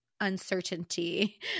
uncertainty